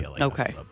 Okay